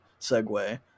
segue